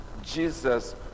Jesus